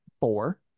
four